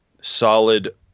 solid